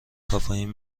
کافئین